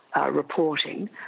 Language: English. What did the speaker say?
reporting